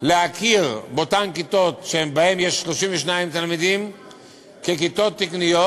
להכיר באותן כיתות שבהן יש 32 תלמידים ככיתות תקניות,